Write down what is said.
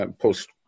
post